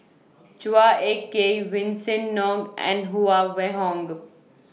Chua Ek Kay Vincent Ng and Huang Wenhong